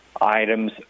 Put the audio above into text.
items